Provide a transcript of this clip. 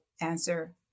answer